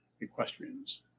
equestrians